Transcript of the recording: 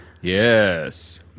Yes